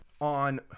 On